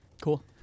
cool